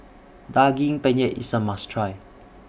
Daging Penyet IS A must Try